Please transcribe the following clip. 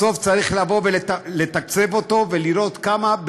בסוף צריך לתקצב אותו לראות כמה,